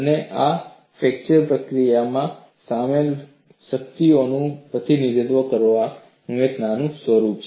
અને આ ફ્રેક્ચર પ્રક્રિયામાં સામેલ શક્તિઓનું પ્રતિનિધિત્વ કરવાનું એક નવું સ્વરૂપ છે